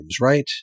right